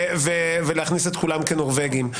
ולהכניס את כולם כנורבגים.